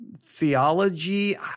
theology